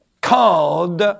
called